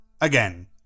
Again